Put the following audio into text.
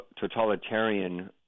totalitarian